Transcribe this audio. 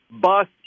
bus